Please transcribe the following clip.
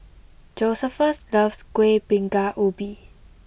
Josephus loves Kueh Bingka Ubi